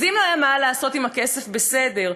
אז אם היה מה לעשות עם הכסף, בסדר.